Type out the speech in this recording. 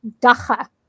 dacha